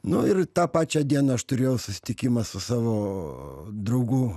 nu ir tą pačią dieną aš turėjau susitikimą su savo draugu